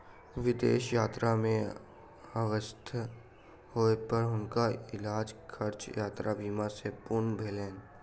विदेश यात्रा में अस्वस्थ होय पर हुनकर इलाजक खर्चा यात्रा बीमा सॅ पूर्ण भेलैन